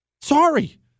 Sorry